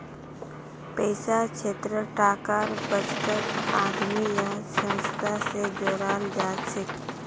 पैसार क्षेत्रत टाकार बचतक आदमी या संस्था स जोड़ाल जाछेक